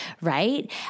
right